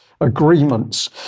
agreements